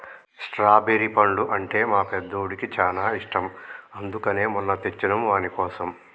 strawberry పండ్లు అంటే మా పెద్దోడికి చాలా ఇష్టం అందుకనే మొన్న తెచ్చినం వానికోసం